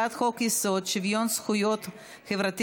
על הצעת חוק-יסוד: שוויון זכויות חברתי